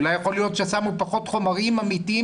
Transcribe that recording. יכול להיות ששמו פחות חומרים אמיתיים,